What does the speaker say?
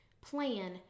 plan